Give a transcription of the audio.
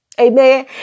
amen